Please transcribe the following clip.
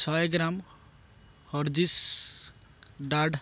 ଶହେ gram Hershey's ଡାଡ଼୍ dark